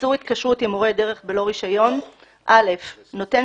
איסור התקשרות עם מורה דרך בלא רישיון 3. נותן